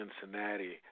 Cincinnati